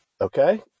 Okay